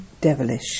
devilish